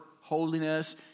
holiness